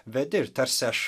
vedi ir tarsi aš